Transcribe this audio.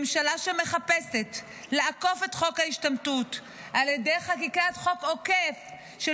ממשלה שמחפשת לעקוף את חוק ההשתמטות על ידי חקיקת חוק עוקף של